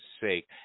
sake